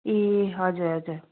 ए हजुर हजुर